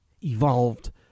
evolved